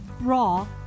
raw